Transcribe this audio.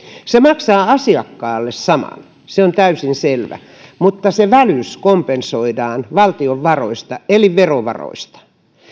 se maksaa asiakkaalle saman se on täysin selvä mutta se välys kompensoidaan valtion varoista eli verovaroista